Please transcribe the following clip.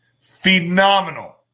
Phenomenal